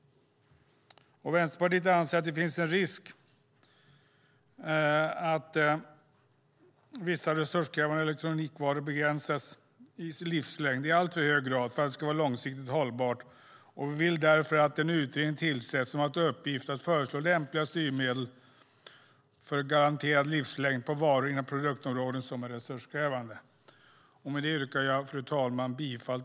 Vänsterpartiet anser att det finns en risk att vissa resurskrävande elektronikvaror begränsas i livslängd i alltför hög grad för att det ska vara långsiktigt hållbart. Vi vill därför att en utredning tillsätts som har till uppgift att föreslå lämpliga styrmedel för garanterad livslängd på varor inom produktområden som är resurskrävande. Med detta yrkar jag bifall till reservation 6.